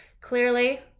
clearly